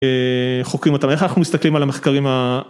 חוקרים אותם. איך אנחנו מסתכלים על המחקרים ה...